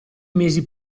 mesi